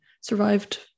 survived